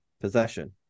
possession